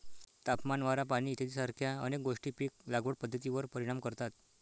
तापमान, वारा, पाणी इत्यादीसारख्या अनेक गोष्टी पीक लागवड पद्धतीवर परिणाम करतात